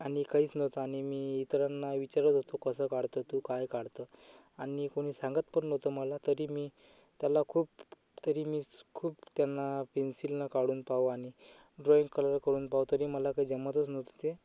आणि काहीच नव्हतं आणि मी इतरांना विचारत होतो कसं काढतो तू काय काढतो आणि कुणी सांगत पण नव्हतं मला तरी मी त्याला खूप तरी मी खूप त्यांना पेन्सिलनं काढून पाहू आणि ड्रॉईंग कलर करून पाहू तरी मला काही जमतच नव्हतं ते